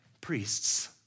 priests